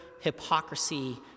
hypocrisy